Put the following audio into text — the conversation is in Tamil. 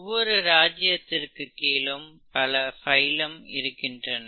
ஒவ்வொரு ராஜ்யத்திற்கு கீழும் பல பைலம் இருக்கின்றன